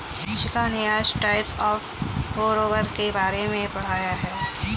शिक्षिका ने आज टाइप्स ऑफ़ बोरोवर के बारे में पढ़ाया है